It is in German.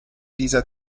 dieser